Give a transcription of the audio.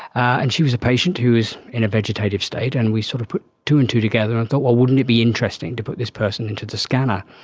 and she was a patient who is in a vegetative state and we sort of put two and two together and thought, well, wouldn't it be interesting to put this person into the scanner.